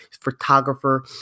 photographer